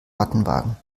mattenwagen